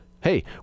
Hey